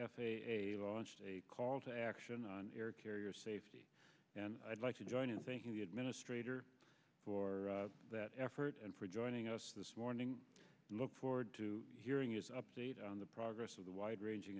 a a on a call to action on air carrier safety and i'd like to join in thanking the administrator for that effort and for joining us this morning and look forward to hearing is an update on the progress of the wide ranging